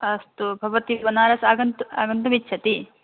अस्तु भवती बनारस् आगन्तु आगन्तुम् इच्छति